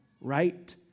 right